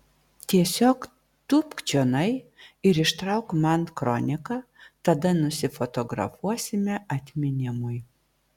tiesiog tūpk čionai ir ištrauk man kroniką tada nusifotografuosime atminimui